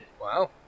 Wow